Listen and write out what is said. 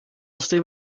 steam